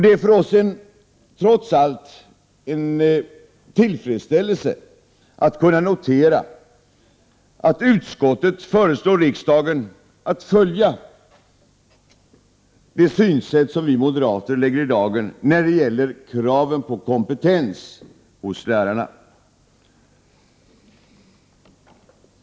Det är trots allt en tillfredsställelse för oss att kunna notera att utskottet föreslår riksdagen att följa det synsätt som vi moderater lägger i dagen när det gäller kraven på kompetens hos lärarna.